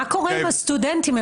מה קורה עם הסטודנטים?